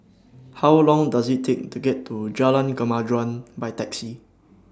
How Long Does IT Take to get to Jalan Kemajuan By Taxi